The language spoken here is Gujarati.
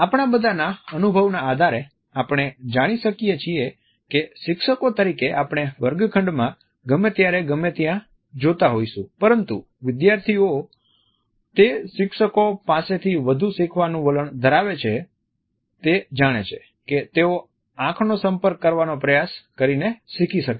આપણા બધાના અનુભવના આધારે આપણે જાણીએ છીએ કે શિક્ષકો તરીકે આપણે વર્ગખંડમાં ગમે ત્યારે ગમે ત્યાં જોતા હોઈશું પરંતુ વિદ્યાર્થીઓ તે શિક્ષકો પાસેથી વધુ શીખવાનું વલણ ધરાવે છે તે જાણે છે કે તેઓ આંખનો સંપર્ક કરવાનો પ્રયાસ કરીને શીખી શકે છે